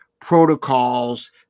protocols